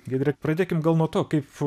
giedre pradėkim gal nuo to kaip